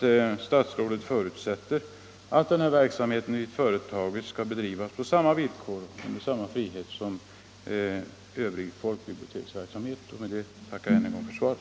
där statsrådet förutsätter att den här verksamheten i företagen skall bedrivas på samma villkor och med samma frihet som övrig folkbiblioteksverksamhet. Med detta tackar jag än en gång för svaret.